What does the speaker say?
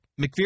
McPherson